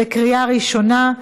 בקריאה ראשונה.